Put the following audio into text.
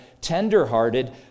tenderhearted